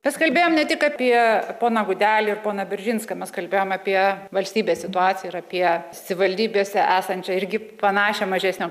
mes kalbėjom ne tik apie poną gudelį ir poną beržinską mes kalbėjom apie valstybės situaciją ir apie savivaldybėse esančią irgi panašią mažesnio